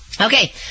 Okay